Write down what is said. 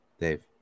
Dave